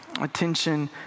attention